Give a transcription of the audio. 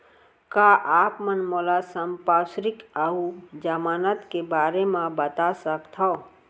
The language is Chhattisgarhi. का आप मन मोला संपार्श्र्विक अऊ जमानत के बारे म बता सकथव?